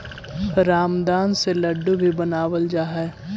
रामदाना से लड्डू भी बनावल जा हइ